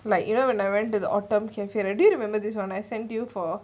like you know when I went to the autumn cafe right do you remember this one I sent you for